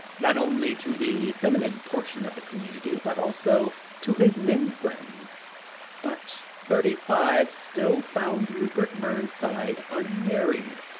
not only to the feminine portion of the community, but also to his men friends but thirty-five still found rupert mernside unmarried,